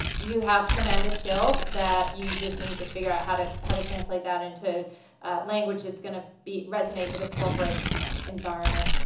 you have tremendous skills that you just need to figure out how to how to translate that into language that's going to resonate with the corporate environment.